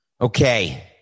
Okay